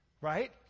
Right